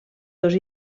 dos